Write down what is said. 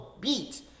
beat